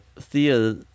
thea